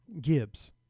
Gibbs